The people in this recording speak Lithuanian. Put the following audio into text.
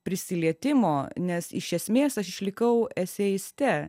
prisilietimo nes iš esmės aš išlikau eseiste